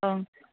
औ